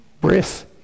breath